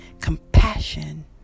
compassion